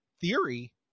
theory